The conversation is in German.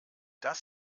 das